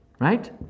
right